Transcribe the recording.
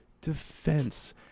defense